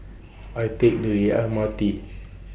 Can I Take The M R T